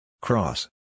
Cross